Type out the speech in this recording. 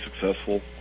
successful